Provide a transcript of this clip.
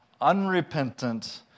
unrepentant